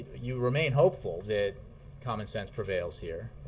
you remain hopeful that common sense prevails here,